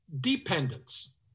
dependence